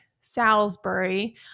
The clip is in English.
Salisbury